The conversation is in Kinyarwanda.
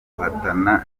guhatana